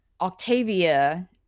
Octavia